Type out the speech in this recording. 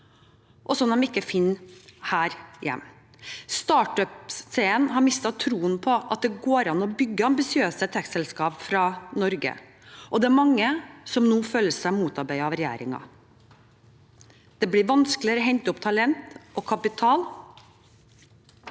som de ikke finner her hjemme. Startup-scenen har mistet troen på at det går an å bygge ambisiøse tech-selskap fra Norge, og det er mange som nå føler seg motarbeidet av regjeringen. Det blir vanskeligere å hente opp talent og kapital.